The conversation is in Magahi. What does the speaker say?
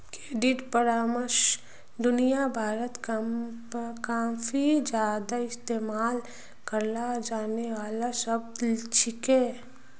क्रेडिट परामर्श दुनिया भरत काफी ज्यादा इस्तेमाल कराल जाने वाला शब्द छिके